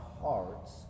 hearts